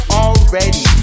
already